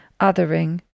othering